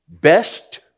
best